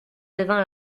devant